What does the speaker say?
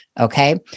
okay